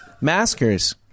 Maskers